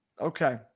Okay